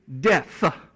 death